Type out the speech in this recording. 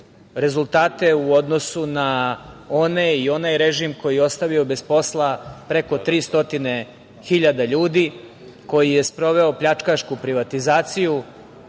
rezultate u odnosu na one i onaj režim koji je ostavio bez posla preko 300 hiljada ljudi, koji je sproveo pljačkašku privatizaciju. Vučić